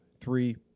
three